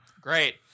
Great